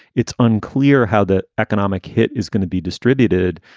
it's unclear how the economic hit is going to be distributed.